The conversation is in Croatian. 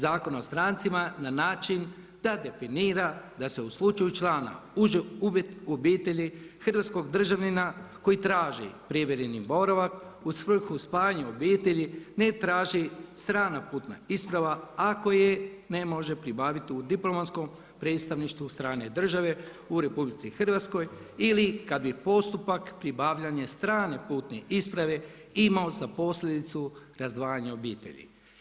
Zakona o strancima na način da definira da se u slučaju člana uže obitelji hrvatskog državljanina koji traži privremeni boravak u svrhu spajanja obitelji ne traži strana putna isprava ako ne može pribaviti u diplomatskom predstavništvu strane države u RH ili kada bi postupak pribavljanja strane putne isprave imao za posljedicu razdvajanje obitelji.